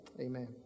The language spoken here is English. Amen